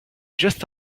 just